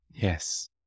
Yes